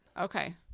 Okay